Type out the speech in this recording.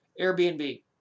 Airbnb